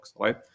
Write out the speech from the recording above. right